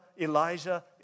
Elijah